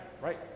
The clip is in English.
right